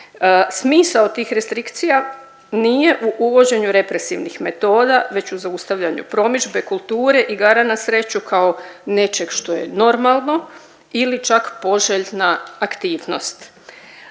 Smisao tih restrikcija nije u uvođenju represivnih metoda već u zaustavljanju promidžbe, kulture, igara na sreću kao nečeg što je normalno ili čak poželjna aktivnost.